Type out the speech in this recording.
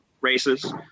races